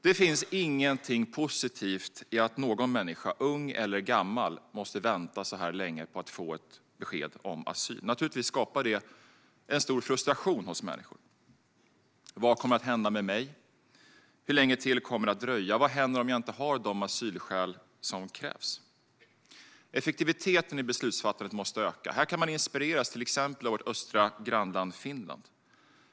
Det finns ingenting positivt i att någon människa, ung eller gammal, måste vänta så här länge på att få ett besked om asyl. Naturligtvis skapar det en stor frustration hos människor: Vad kommer att hända med mig? Hur länge till kommer det att dröja, och vad händer om jag inte har de asylskäl som krävs? Effektiviteten i beslutsfattandet måste öka. Här kan man inspireras till exempel av vårt östra grannland Finland.